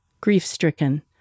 grief-stricken